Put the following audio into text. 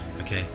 okay